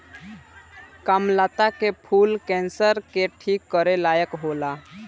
कामलता के फूल कैंसर के ठीक करे लायक होला